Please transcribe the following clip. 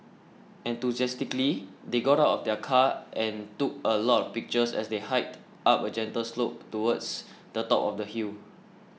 enthusiastically they got out of their car and took a lot of pictures as they hiked up a gentle slope towards the top of the hill